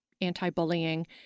anti-bullying